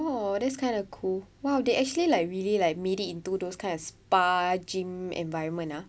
oh that's kind of cool !wow! they actually like really like made it into those kind of spa gym environment ah